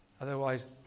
Otherwise